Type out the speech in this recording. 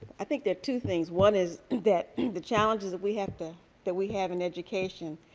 i think they're two things. one is that the challenges that we have to that we have an education,